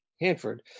Hanford